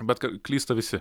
bet klysta visi